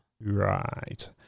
Right